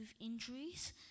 injuries